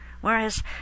whereas